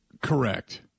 Correct